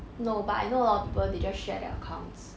no but I know a lot of people they just share their accounts